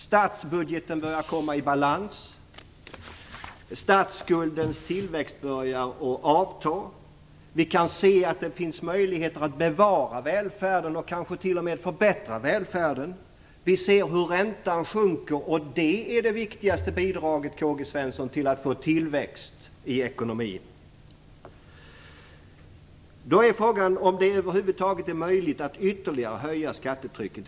Statsbudgeten börjar komma i balans, statsskuldens tillväxt börjar att avta och vi kan se att det finns möjligheter att bevara välfärden och kanske t.o.m. förbättra den. Vi ser hur räntan sjunker, och det är det viktigaste bidraget till att få tillväxt i ekonomin, K-G Svenson. Då är frågan om det över huvud taget är möjligt att ytterligare höja skattetrycket.